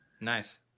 Nice